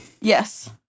yes